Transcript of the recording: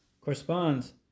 corresponds